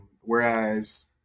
whereas